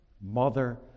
mother